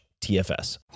TFS